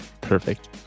Perfect